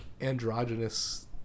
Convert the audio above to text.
androgynous